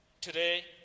Today